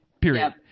period